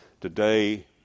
today